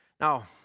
Now